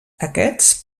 aquests